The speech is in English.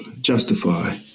justify